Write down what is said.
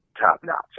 top-notch